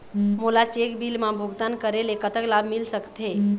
मोला cheque bill मा भुगतान करेले कतक लाभ मिल सकथे?